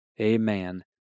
amen